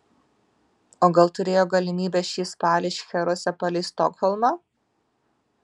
o gal turėjo galimybę šį spalį šcheruose palei stokholmą